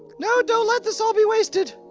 no, don't let this all be wasted.